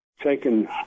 taken